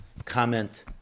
Comment